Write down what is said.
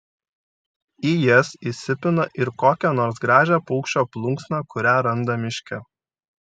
į jas įsipina ir kokią nors gražią paukščio plunksną kurią randa miške